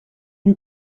you